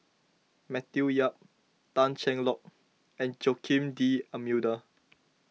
Matthew Yap Tan Cheng Lock and Joaquim D'Almeida